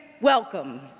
welcome